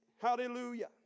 Hallelujah